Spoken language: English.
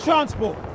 Transport